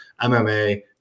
MMA